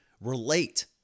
relate